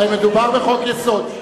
הרי מדובר בחוק-יסוד.